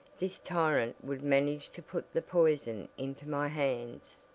this tyrant would manage to put the poison into my hands.